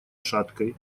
шаткой